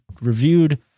reviewed